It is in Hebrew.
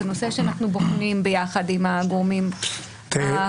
זה נושא שאנחנו בוחנים ביחד עם הגורמים הרלוונטיים.